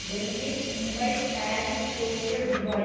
Delhi Mumbai Paris Tokyo Dubai